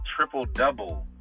triple-double